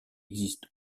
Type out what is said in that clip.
existe